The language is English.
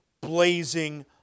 blazing